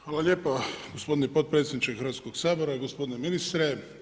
Hvala lijepo gospodine potpredsjedniče Hrvatskog sabora, gospodine ministre.